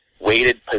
weighted